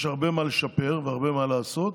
יש הרבה מה לשפר והרבה מה לעשות.